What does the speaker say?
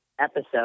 episode